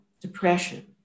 depression